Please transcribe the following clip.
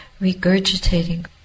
regurgitating